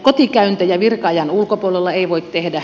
kotikäyntejä virka ajan ulkopuolella ei voi tehdä